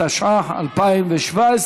התשע"ח 2017,